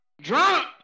Drunk